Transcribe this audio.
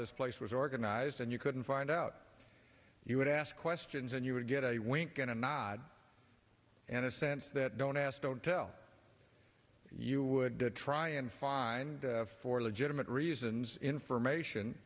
this place was organized and you couldn't find out you would ask questions and you would get a wink and a nod and a sense that don't ask don't tell you would try and find for legitimate reasons information